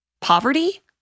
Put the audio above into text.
Poverty